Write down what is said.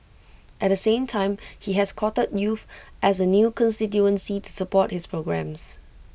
at the same time he has courted youth as A new constituency to support his programmes